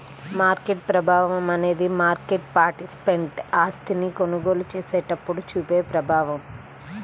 market ప్రభావం అనేది market participant ఆస్తిని కొనుగోలు చేసినప్పుడు చూపే ప్రభావం